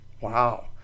Wow